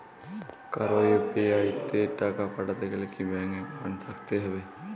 কারো ইউ.পি.আই তে টাকা পাঠাতে গেলে কি ব্যাংক একাউন্ট থাকতেই হবে?